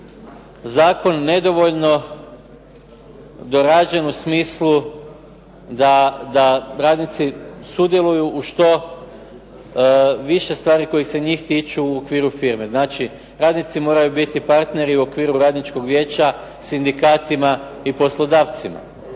zakon nedovoljno dorađen u smislu da radnici sudjeluju u što više stvari koje se njih tiču u okviru firme. Znači, radnici moraju biti partneri u okviru radničkog vijeća sindikatima i poslodavcima.